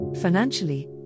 Financially